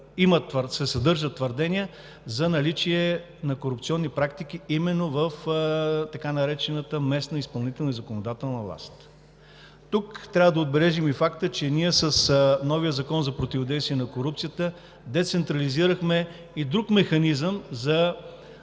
съдържат твърдения за наличие на корупционни практики именно в така наречената местна изпълнителна и законодателна власт. Тук трябва да отбележим и факта, че с новия Закон за противодействие на корупцията децентрализирахме и друг механизъм за